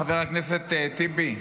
חבר הכנסת טיבי,